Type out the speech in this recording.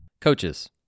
Coaches